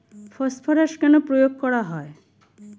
Phosphorus কেন প্রয়োগ করা হয়?